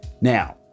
now